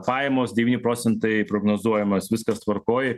pajamos devyni procentai prognozuojamos viskas tvarkoj